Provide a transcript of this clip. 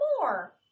more